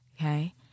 Okay